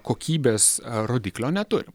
kokybės rodiklio neturim